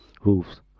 roofs